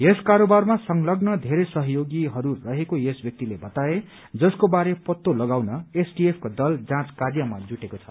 यस कारोबारमा संलग्न बेरै सहयोगीहरू रहेको यस व्यक्तिले बताए जसको बारे पत्तो लगाउन एसटीएफको दल जाँच कार्यमा जुटेको छ